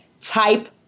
type